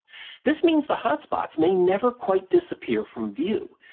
this means the hot spots may never quite disappear from view.